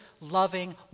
loving